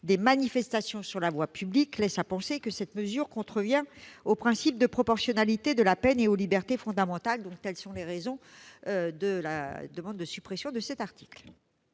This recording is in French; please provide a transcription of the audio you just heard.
des manifestations sur la voie publique laisse à penser que cette mesure contrevient au principe de proportionnalité de la peine et aux libertés fondamentales. Telles sont les raisons pour lesquelles nous proposons la suppression de cet article.